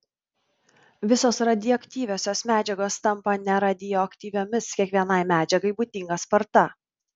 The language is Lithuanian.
visos radioaktyviosios medžiagos tampa neradioaktyviomis kiekvienai medžiagai būdinga sparta